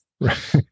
Right